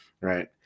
right